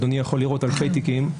ואדוני יכול לראות אלפי תיקים,